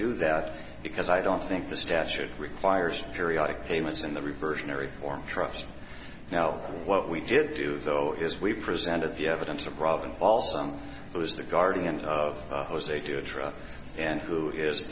do that because i don't think the statute requires periodic payments in the reversionary form trust now what we did do though is we presented the evidence of robin also it was the guardian of jose do a truck and who is